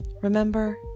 Remember